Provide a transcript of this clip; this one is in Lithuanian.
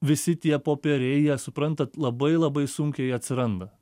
visi tie popieriai jie suprantat labai labai sunkiai atsiranda